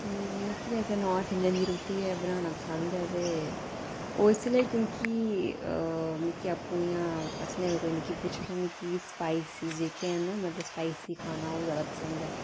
मिकी वैसे north Indian दी रुट्टी गै बनाना पसंद ऐ ते ओह् इसलै क्योंकि मिगी आपूं इ'यां पर्सनली मिगी अगर पुच्छो तां मिकी स्पाईसी जेह्के हैन मतलब स्पाईसी खाना ओह् जैदा पसंद ऐ